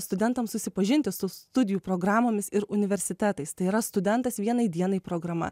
studentams susipažinti su studijų programomis ir universitetais tai yra studentas vienai dienai programa